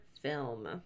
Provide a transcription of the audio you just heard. film